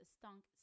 stunk